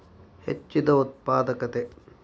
ಹೆಚ್ಚಿದ ಉತ್ಪಾದಕತೆ